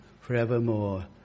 forevermore